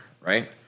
right